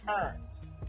turns